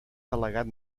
delegat